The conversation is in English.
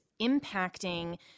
impacting